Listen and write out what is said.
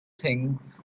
things